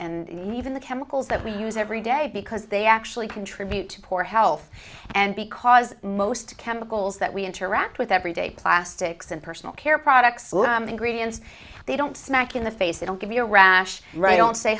t and even the chemicals that we use every day because they actually contribute to poor health and because most chemicals that we interact with everyday plastics and personal care products they don't smack in the face they don't give you a rash right don't say